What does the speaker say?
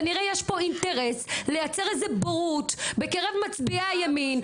כנראה יש פה אינטרס לייצר איזה בורות בקרב מצביעי הימין,